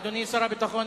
אדוני שר הביטחון,